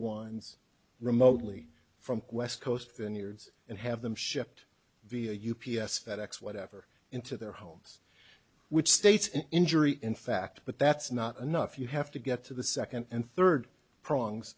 ones remotely from west coast than yours and have them shipped via u p s fed ex whatever into their homes which states injury in fact but that's not enough you have to get to the second and third prongs